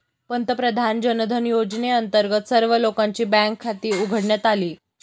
पंतप्रधान जनधन योजनेअंतर्गत सर्व लोकांची बँक खाती उघडण्यात आली